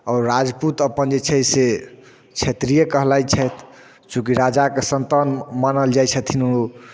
आओर राजपूत अपन जे छै से क्षत्रिय कहलाइ छथि चूँकि राजाके सन्तान मानल जाइ छथिन ओ